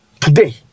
Today